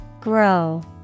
Grow